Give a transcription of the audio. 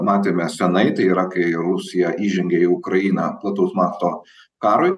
matėme senai tai yra kai rusija įžengė į ukrainą plataus masto karui